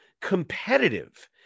competitive